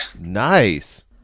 Nice